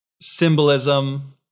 symbolism